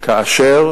כאשר